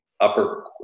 Upper